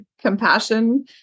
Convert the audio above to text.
compassion